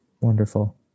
Wonderful